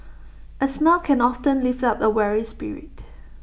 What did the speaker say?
A smile can often lift up A weary spirit